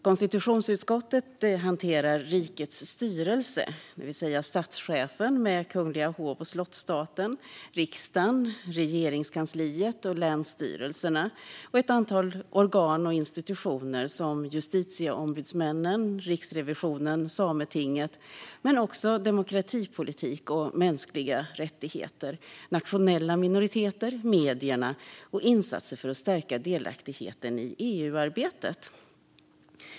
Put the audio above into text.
Konstitutionsutskottet hanterar Rikets styrelse, det vill säga statschefen, med Kungl. Hov och Slottsstaten, riksdagen, Regeringskansliet och länsstyrelserna och ett antal organ och institutioner som Justitieombudsmännen, Riksrevisionen och Sametinget. Utskottet hanterar också demokratipolitik och mänskliga rättigheter, nationella minoriteter, medierna och insatser för att stärka delaktigheten i EU-arbetet.